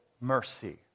mercy